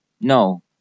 No